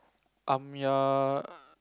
I'm your